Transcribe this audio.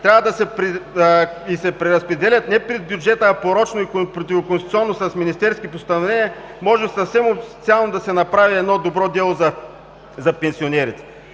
трябва да се преразпределят не през бюджета, а порочно и противоконституционно – с министерски постановления. Може съвсем официално да се направи едно добро дело за пенсионерите.